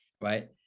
right